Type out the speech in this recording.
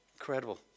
incredible